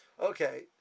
Okay